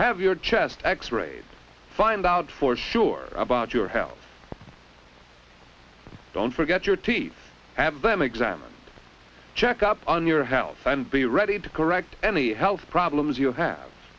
have your chest x rays find out for sure about your health don't forget your teeth have been examined check up on your health and be ready to correct any health problems you have